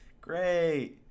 great